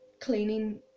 cleaning